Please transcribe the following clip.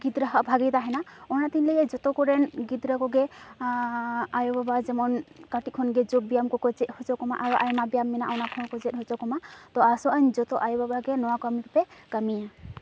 ᱜᱤᱫᱽᱨᱟᱹᱦᱟᱜ ᱵᱷᱟᱜᱮ ᱛᱟᱦᱮᱱᱟ ᱚᱱᱟᱛᱮᱧ ᱞᱟᱹᱭᱟ ᱡᱚᱛᱚ ᱠᱚᱨᱮᱱ ᱜᱤᱫᱽᱨᱟᱹ ᱠᱚᱜᱮ ᱟᱭᱳᱼᱵᱟᱵᱟ ᱡᱮᱢᱚᱱ ᱠᱟᱹᱴᱤᱜ ᱠᱷᱚᱱᱜᱮ ᱡᱳᱜᱽ ᱵᱮᱭᱟᱢ ᱠᱚ ᱠᱚ ᱪᱮᱫ ᱦᱚᱪᱚ ᱠᱚᱢᱟ ᱟᱨᱚ ᱟᱭᱢᱟ ᱢᱮᱱᱟᱜᱼᱟ ᱚᱱᱟ ᱠᱚᱦᱚᱸ ᱠᱚ ᱪᱮᱫ ᱦᱚᱪᱚ ᱠᱚᱢᱟ ᱛᱚ ᱟᱥᱚᱜ ᱟᱹᱧ ᱡᱚᱛᱚ ᱟᱭᱳᱼᱵᱟᱵᱟᱜᱮ ᱱᱚᱣᱟ ᱠᱟᱹᱢᱤ ᱯᱮ ᱠᱟᱹᱢᱤᱭᱟ